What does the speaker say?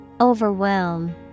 Overwhelm